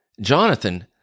Jonathan